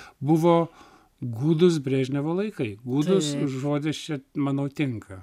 buvo gūdūs brežnevo laikai gūdūs žodis čia manau tinka